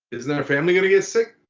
isn't their family gonna get sick?